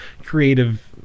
creative